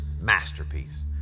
masterpiece